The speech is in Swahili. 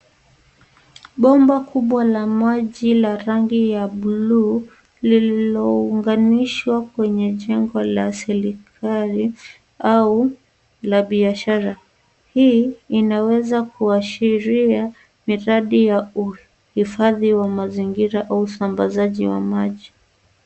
Bomba kubwa la maji la rangi ya bluu lililounganishwa kwenye jengo la serikali au la biashara. Hii inaweza kuashiria miradi ya uhifadhi wa mazingira au usambazaji wa maji.